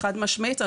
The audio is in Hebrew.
חד-משמעית,